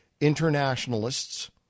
internationalists